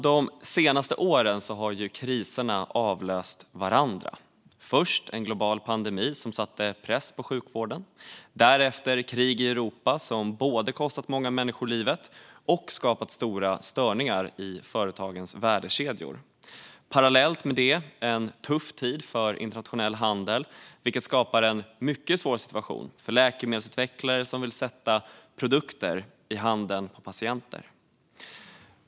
De senaste åren har kriserna avlöst varandra - först en global pandemi som satte press på sjukvården, därefter ett krig i Europa som både kostat många människor livet och skapat stora störningar i företagens värdekedjor. Parallellt med detta har det varit en tuff tid för internationell handel, vilket skapat en mycket svår situation för läkemedelsutvecklare som vill sätta produkter i handen på patienter.